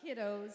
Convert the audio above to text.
kiddos